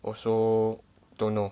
also don't know